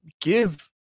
give